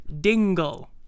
Dingle